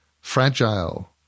fragile